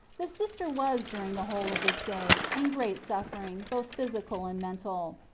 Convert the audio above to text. the sister was during the whole of this day in great suffering, both physical and mental.